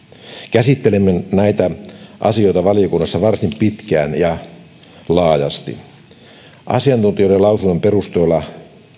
käsittelimme näitä asioita valiokunnassa varsin pitkään ja laajasti asiantuntijoiden lausuntojen perusteella